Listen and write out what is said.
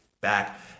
back